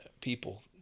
people